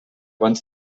abans